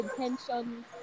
intentions